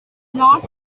not